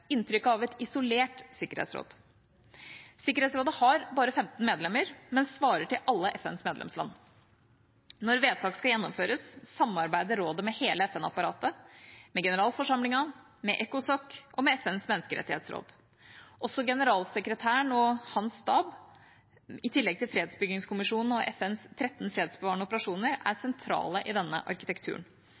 inntrykket av et isolert sikkerhetsråd: Sikkerhetsrådet har bare 15 medlemmer, men svarer til alle FNs medlemsland. Når vedtak skal gjennomføres, samarbeider rådet med hele FN-apparatet: med generalforsamlingen, med ECOSOC og med FNs menneskerettighetsråd. Også generalsekretæren og hans stab, i tillegg til Fredsbyggingskommisjonen og FNs 13 fredsbevarende operasjoner, er sentrale i denne arkitekturen.